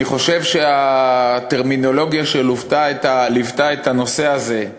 אני חושב שהטרמינולוגיה שליוותה את הנושא הזה,